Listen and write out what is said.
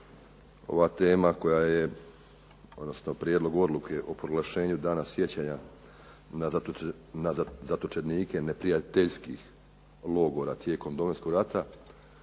Pred nama je Prijedlog odluke o proglašenju dana sjećanja na zatočenike neprijateljskih logora tijekom Domovinskog rata.